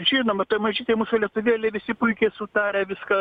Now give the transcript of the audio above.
žinoma toj mažytėj mūsų lietuvėlėj visi puikiai sutarę viską